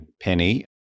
Penny